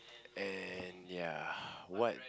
and ya what